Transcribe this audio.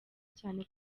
cyane